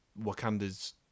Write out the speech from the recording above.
Wakanda's